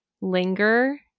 linger